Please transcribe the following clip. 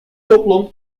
toplum